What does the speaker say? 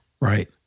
Right